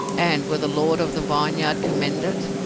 and will the lord of the vineyard commend it?